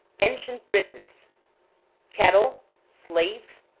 ancient britons cattle, slaves,